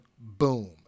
Boom